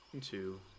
two